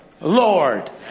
Lord